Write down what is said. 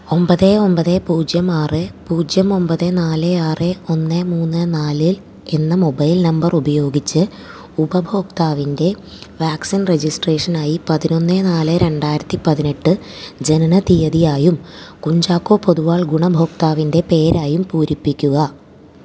ഒമ്പത് ഒമ്പത് പൂജ്യം ആറ് പൂജ്യം ഒമ്പത് നാല് ആറ് ഒന്ന് മൂന്ന് നാല് എന്ന മൊബൈൽ നമ്പർ ഉപയോഗിച്ച് ഉപഭോക്താവിൻ്റെ വാക്സിൻ രജിസ്ട്രേഷനായി പതിനൊന്ന് നാല് രണ്ടായിരത്തി പതിനെട്ട് ജനന തീയതിയായും കുഞ്ചാക്കോ പൊതുവാൾ ഗുണഭോക്താവിൻ്റെ പേരായും പൂരിപ്പിക്കുക